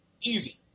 Easy